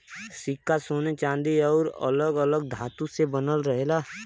सिक्का सोने चांदी आउर अलग अलग धातु से बनल रहेला